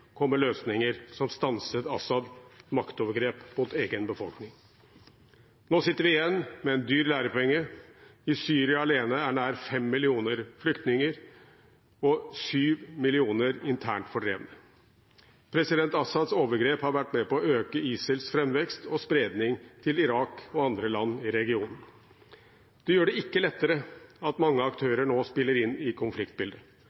løsninger som stanset Assads maktovergrep mot egen befolkning. Nå sitter vi igjen med en dyr lærepenge. I Syria alene er nær 5 millioner flyktninger, og 7 millioner er internt fordrevne. President Assads overgrep har vært med på å øke ISILs framvekst og spredning til Irak og andre land i regionen. Det gjør det ikke lettere at mange